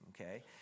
Okay